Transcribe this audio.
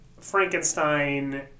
Frankenstein